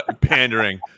pandering